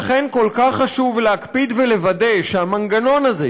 ולכן כל כך חשוב להקפיד ולוודא שהמנגנון הזה,